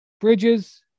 Bridges